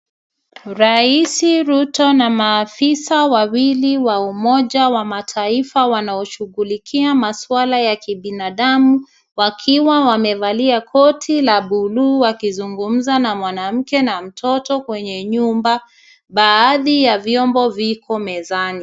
Rais Ruto na maafisa wawili wa umoja wa mataifa wanaoshugulikia maswala ya kibinadamu wakiwa wamevalia koti la buluu wakizungumza na mwanamke na mtoto kwenye nyumba. Baadhi ya vyombo viko mezani.